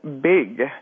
big